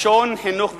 לשון, חינוך ותרבות.